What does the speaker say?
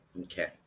Okay